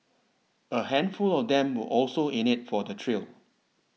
a handful of them were also in it for the thrill